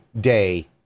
day